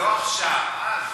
לא עכשיו.